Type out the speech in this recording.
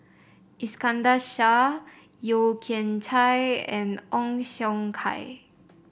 Iskandar Shah Yeo Kian Chai and Ong Siong Kai